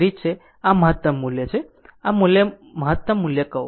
હવે આ મહત્તમ મૂલ્ય છે આ મહત્તમ મૂલ્ય કહો